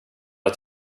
att